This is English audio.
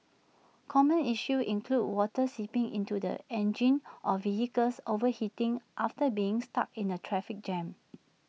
common issues include water seeping into the engine or vehicles overheating after being stuck in the traffic jam